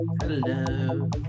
hello